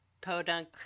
podunk